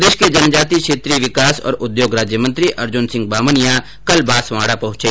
प्रदेश के जनजाति क्षेत्रीय विकास और उद्योग राज्यमंत्री अर्जुन सिंह बामनिया कल बांसवाडा पहुंचे